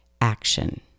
action